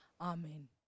amen